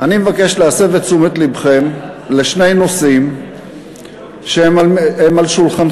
אני מבקש להסב את תשומת לבכם לשני נושאים שהם על שולחנכם,